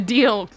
Deal